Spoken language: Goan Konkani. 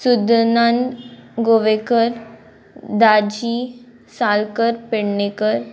सुदनंद गोवेकर दाजी सालकर पेडणेकर